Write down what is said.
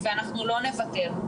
אנחנו לא נוותר.